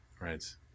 Right